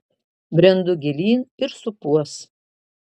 brendu gilyn ir supuos